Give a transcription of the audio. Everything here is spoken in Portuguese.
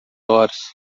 horas